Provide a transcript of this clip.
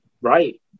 right